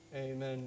Amen